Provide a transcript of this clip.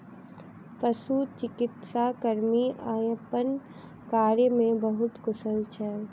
पशुचिकित्सा कर्मी अपन कार्य में बहुत कुशल छल